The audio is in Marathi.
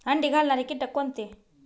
अंडी घालणारे किटक कोणते?